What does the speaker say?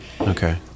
Okay